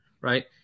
Right